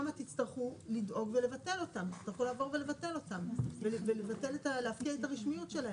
תצטרכו לבטל, להפקיע את הרשמיות שלהם,